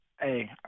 Hey